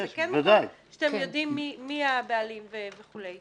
כן מקום שאתם יודעים מי הבעלים וכו',